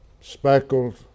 speckled